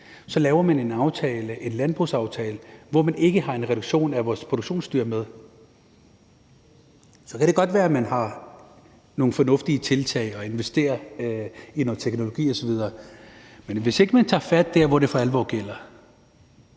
Så laver man en landbrugsaftale, hvor man ikke har en reduktion af vores produktionsdyr med. Så kan det godt være, at man har nogle fornuftige tiltag og investerer i noget teknologi osv. Men hvis ikke man tager fat der, hvor det for alvor gælder